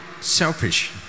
selfish